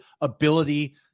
ability –